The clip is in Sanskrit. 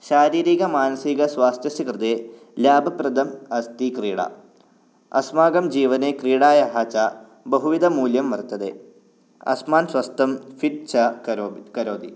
शारीरिकमानसिकस्वास्थ्यस्य कृते लाभप्रतम् अस्ति क्रीडा अस्माकं जीवने क्रीडायाः च बहुविदमूल्यं वर्तदे अस्मान् स्वस्तं फ़िट् च करिमि करोदि